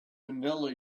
vanilla